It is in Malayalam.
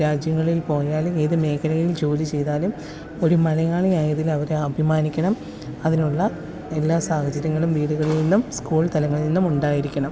രാജ്യങ്ങളില് പോയാലും ഏത് മേഖലയില് ജോലി ചെയ്താലും ഒരു മലയാളിയായതില് അവര് അഭിമാനിക്കണം അതിനുള്ള എല്ലാ സാഹചര്യങ്ങളും വീടുകളില് നിന്നും സ്കൂള് തലങ്ങളില് നിന്നും ഉണ്ടായിരിക്കണം